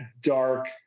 dark